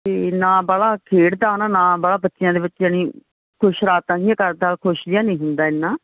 ਅਤੇ ਨਾ ਬਾਹਲਾ ਖੇਡਦਾ ਹੈ ਨਾ ਬਾਹਲਾ ਬੱਚਿਆਂ ਦੇ ਵਿੱਚ ਜਾਣੀ ਕੋਈ ਸ਼ਰਾਰਤਾਂ ਜਿਹੀਆਂ ਕਰਦਾ ਖੁਸ਼ ਨਹੀਂ ਹੁੰਦਾ ਇੰਨਾ